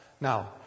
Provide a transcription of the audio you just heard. Now